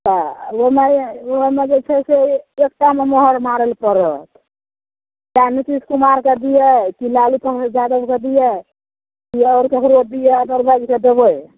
तऽ ओइमे जे ओइमे जे छै से एकटामे मोहर मारय लए पड़त या नितीश कुमारके दियै कि लालूके यादवके दियै की आओर ककरो दियै अदरवाइजके दियै